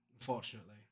unfortunately